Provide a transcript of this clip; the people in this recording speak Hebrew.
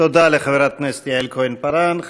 תודה לחברת הכנסת יעל כהן-פארן.